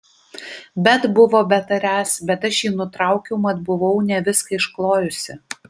bet buvo betariąs bet aš jį nutraukiau mat buvau ne viską išklojusi